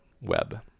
web